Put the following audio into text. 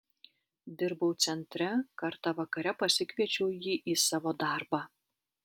dirbau centre kartą vakare pasikviečiau jį į savo darbą